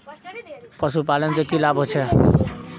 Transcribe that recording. पशुपालन से की की लाभ होचे?